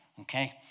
Okay